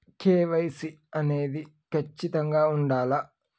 KYC అనేది ఖచ్చితంగా ఉండాలా?